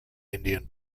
indian